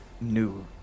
new